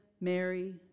Mary